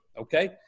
okay